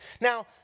Now